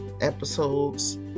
episodes